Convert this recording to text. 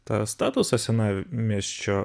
tą statusą sena miesčio